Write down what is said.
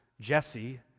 Jesse